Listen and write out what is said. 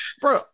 Bro